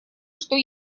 что